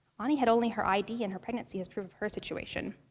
anie had only her id and her pregnancy as proof of her situation.